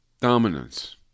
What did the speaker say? dominance